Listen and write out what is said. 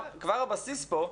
ודאי.